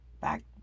Back